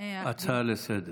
ההצעה הדחופה לסדר-היום.